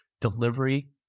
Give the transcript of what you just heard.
delivery